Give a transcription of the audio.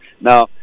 Now